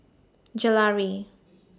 Gelare